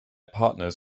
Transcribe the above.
partners